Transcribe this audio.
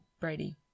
Brady